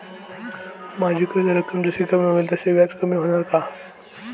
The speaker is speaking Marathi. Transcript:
माझी कर्ज रक्कम जशी कमी होईल तसे व्याज कमी होणार का?